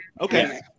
Okay